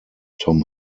tom